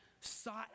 sought